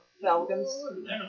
Falcons